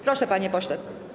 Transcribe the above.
Proszę, panie pośle.